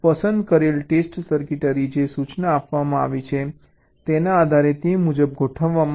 પસંદ કરેલ test circuitry જે સૂચના આપવામાં આવી છે તેના આધારે તે મુજબ ગોઠવવામાં આવશે